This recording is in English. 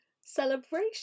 celebration